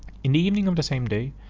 in the evening of the same day,